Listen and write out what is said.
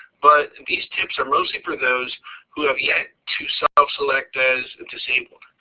but these tips are mostly for those who have yet to self-select as disabled.